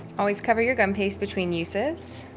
always cover your gum paste between uses.